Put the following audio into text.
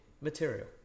Material